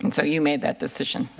and so you made that decision.